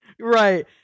right